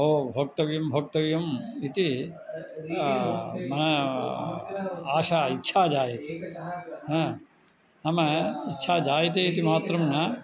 ओ भोक्तव्यं भोक्तव्यम् इति मा मशा इच्छा जायते हा नाम इच्छा जायते इति मात्रं न